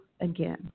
again